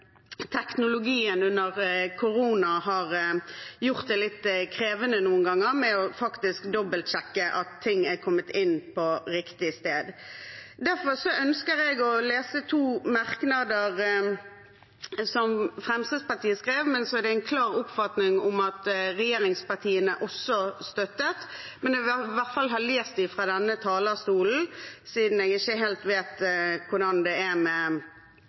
teknologien under koronatiden har gjort det litt krevende noen ganger å dobbeltsjekke at ting faktisk er kommet inn på riktig sted. Derfor ønsker jeg å lese to merknader som Fremskrittspartiet skrev, men som det er en klar oppfatning om at regjeringspartiene også støttet. Jeg vil i hvert fall ha lest dem fra denne talerstolen, siden jeg ikke helt vet hvordan det er med